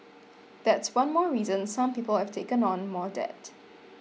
that's one more reason some people have taken on more debt